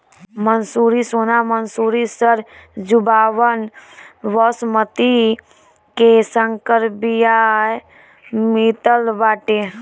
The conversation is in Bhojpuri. मंसूरी, सोना मंसूरी, सरजूबावन, बॉसमति के संकर बिया मितल बाटे